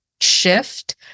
shift